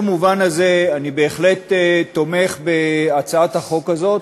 במובן הזה אני בהחלט תומך בהצעת החוק הזאת,